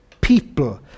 people